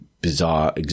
bizarre